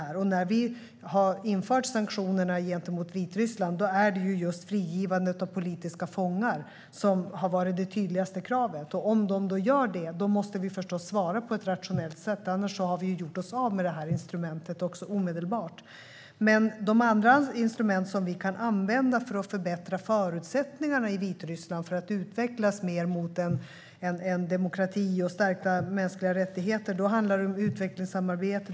När vi har infört sanktionerna gentemot Vitryssland är det just frigivandet av politiska fångar som har varit det tydligaste kravet. Om de då gör detta måste vi förstås svara på ett rationellt sätt. Annars har vi omedelbart gjort oss av med det instrumentet. Men det finns andra instrument som vi kan använda för att förbättra förutsättningarna för Vitryssland att utvecklas mer mot en demokrati med stärkta mänskliga rättigheter. Det handlar om utvecklingssamarbete.